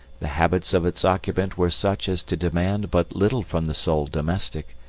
the habits of its occupant were such as to demand but little from the sole domestic,